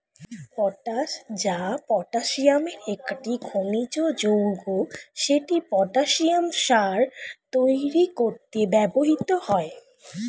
potash, যা পটাসিয়ামের একটি খনিজ যৌগ, সেটি পটাসিয়াম সার তৈরি করতে ব্যবহৃত হয়